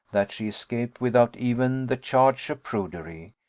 that she escaped without even the charge of prudery.